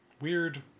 weird